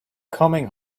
coming